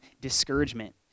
discouragement